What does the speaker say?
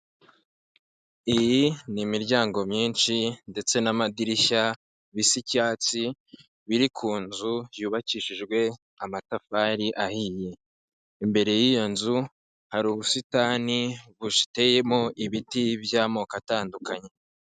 Iyi ni imiryango myinshi ndetse n'amadirishya bisa icyatsi biri ku nzu yubakishijwe amatafari ahiye. Imbere y'iyo nzu hari ubusitani bushiteyemo ibiti by'amoko atandukanye.